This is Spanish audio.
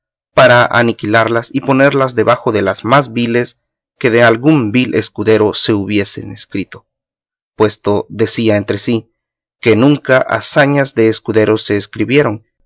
para aniquilarlas y ponerlas debajo de las más viles que de algún vil escudero se hubiesen escrito puesto decía entre sí que nunca hazañas de escuderos se escribieron